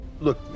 look